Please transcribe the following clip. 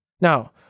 Now